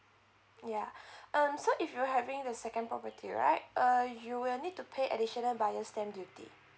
ya um so if you're having a second property right uh you will need to pay additional buyer's stamp duty